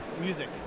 music